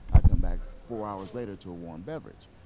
i come back four hours later to a warm beverage.